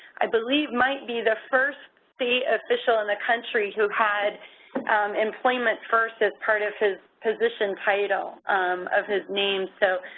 i believe, might be the first state official in the country who had employment first as part of his position title of his name. so,